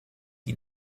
ihn